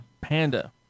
Panda